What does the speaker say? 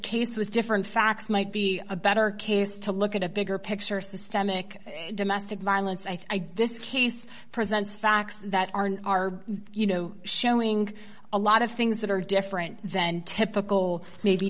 case was different facts might be a better case to look at a bigger picture systemic domestic violence i think this case presents facts that are you know showing a lot of things that are different than typical maybe